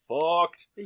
fucked